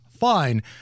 Fine